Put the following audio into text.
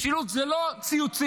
משילות זה לא ציוצים,